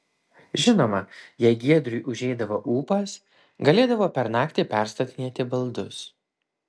žinoma jei giedriui užeidavo ūpas galėdavo per naktį perstatinėti baldus